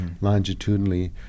longitudinally